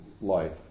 life